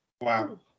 Wow